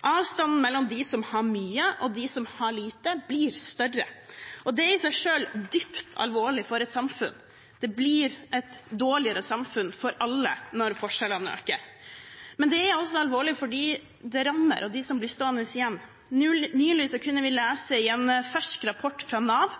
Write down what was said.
avstanden mellom dem som har mye og dem som har lite, blir større. Det er i seg selv dypt alvorlig for et samfunn. Det blir et dårligere samfunn for alle når forskjellene øker. Men det er også alvorlig for dem det rammer, og dem som blir stående igjen. Nylig kunne vi lese i en fersk rapport fra Nav